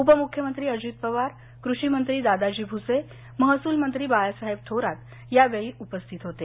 उपमुख्यमंत्री अजित पवार कृषिमंत्री दादाजी भूसे महसूलमंत्री बाळासाहेब थोरात यावेळी उपस्थित होते